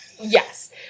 Yes